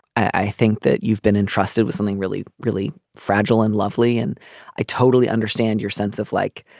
i think that you've been entrusted with something really really fragile and lovely and i totally understand your sense of like.